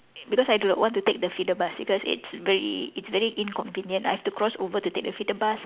because I do not want to take the feeder bus because it's very it's very inconvenient I've to cross over to take the feeder bus